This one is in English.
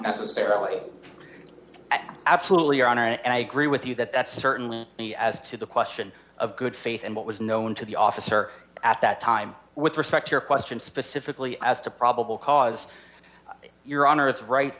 necessarily absolutely your honor and i agree with you that that's certainly me as to the question of good faith and what was known to the officer at that time with respect to your question specifically as to probable cause you're on earth right